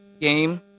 game